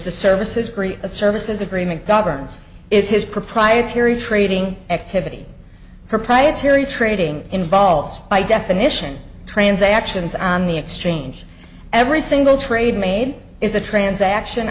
the service is great service as agreement governs is his proprietary trading activity proprietary trading involves by definition transactions on the exchange every single trade made is a transaction